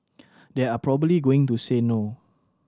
they are probably going to say no